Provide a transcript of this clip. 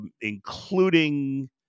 including